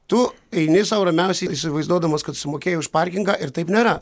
tu eini sau ramiausiai įsivaizduodamas kad sumokėjai už parkingą ir taip nėra